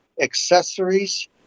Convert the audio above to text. accessories